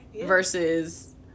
versus